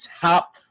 top